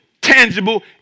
tangible